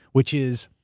which is,